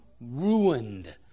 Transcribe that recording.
ruined